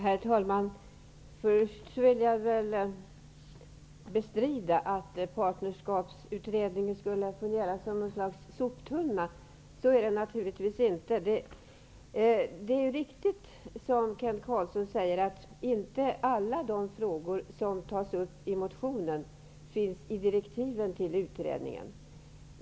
Herr talman! Först vill jag bestrida att partnerskapsutredningen skulle fungera som en soptunna. Så är det naturligtvis inte. Det är riktigt som Kent Carlsson säger att inte alla de frågor som tas upp i motionen finns med i direktiven till utredningen.